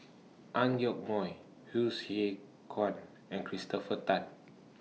Ang Yoke Mooi Hsu Tse Kwang and Christopher Tan